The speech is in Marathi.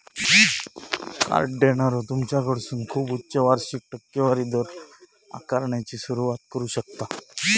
कार्ड देणारो तुमच्याकडसून खूप उच्च वार्षिक टक्केवारी दर आकारण्याची सुरुवात करू शकता